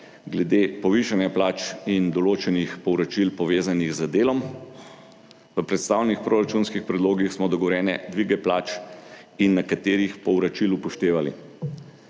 glede povišanja plač in določenih povračil, povezanih z delom. V predstavljenih proračunskih predlogih smo dogovorjene dvige plač in nekaterih povračil upoštevali.